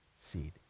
seed